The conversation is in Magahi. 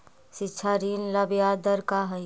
शिक्षा ऋण ला ब्याज दर का हई?